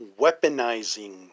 weaponizing